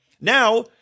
Now